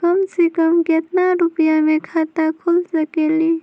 कम से कम केतना रुपया में खाता खुल सकेली?